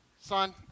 Son